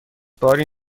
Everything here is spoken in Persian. باری